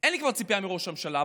אין לי כבר ציפייה מראש הממשלה,